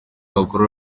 wakora